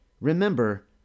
Remember